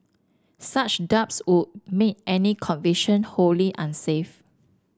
such doubts would make any conviction wholly unsafe